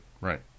right